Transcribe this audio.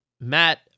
Matt